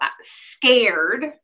scared